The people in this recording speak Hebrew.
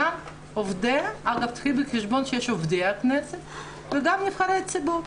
גם את עובדיה קחי בחשבון שיש עובדי הכנסת וגם נבחרי ציבור,